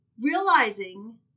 realizing